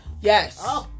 Yes